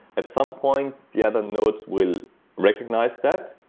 at some point, the other nodes will recognize that.